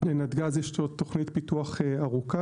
לנתג"ז יש עוד תוכנית פיתוח ארוכה,